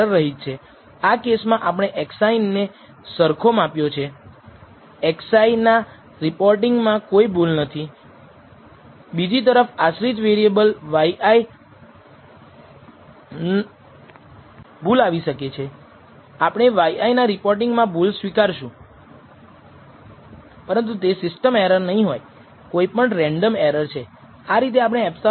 તેથી નલ પૂર્વધારણા એ ઘટાડેલા મોડેલની t રજૂ કરે છે જેમાં ફક્ત એક અચલ શામેલ હોય છે જ્યારે નલ પૂર્વધારણા અથવા વૈકલ્પિક પૂર્વધારણાને નકારી કાઢવાથી સૂચિત થાય છે કે આપણે માનીએ છીએ કે એક રેખીય મોડેલ છે જે y થી x સાથે સંબંધિત છે